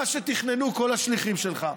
מה שתכננו כל השליחים שלך.